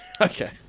Okay